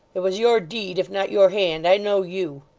it was your deed, if not your hand i know you